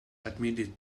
admitted